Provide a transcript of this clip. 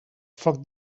foc